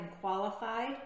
qualified